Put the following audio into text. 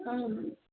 હમ